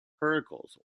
heracles